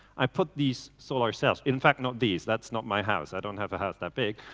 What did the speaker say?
i put these solar cells. in fact not these, that's not my house, i don't have a house that big.